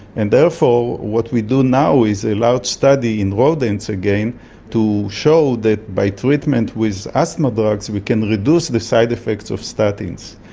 and therefore what we do now is a large study in rodents again to show that by treatment with asthma drugs we can reduce the side-effects of statins,